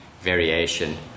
variation